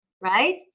right